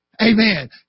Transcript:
Amen